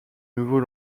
nouveau